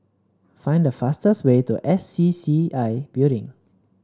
find the fastest way to S C C I Building